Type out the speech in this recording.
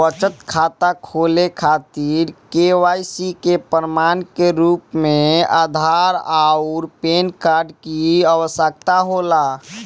बचत खाता खोले खातिर के.वाइ.सी के प्रमाण के रूप में आधार आउर पैन कार्ड की आवश्यकता होला